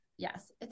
Yes